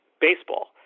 baseball